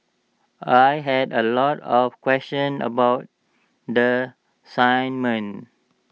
I had A lot of questions about the assignment